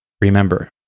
Remember